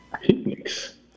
Picnics